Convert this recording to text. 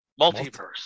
Multiverse